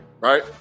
right